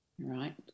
right